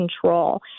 control